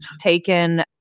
taken